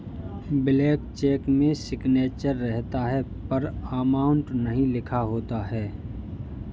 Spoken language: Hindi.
ब्लैंक चेक में सिग्नेचर रहता है पर अमाउंट नहीं लिखा होता है